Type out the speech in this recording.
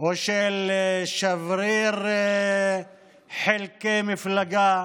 או של שבריר חלקי מפלגה.